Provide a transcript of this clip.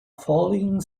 falling